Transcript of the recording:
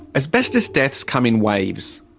asbestos deaths come in waves.